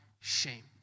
shame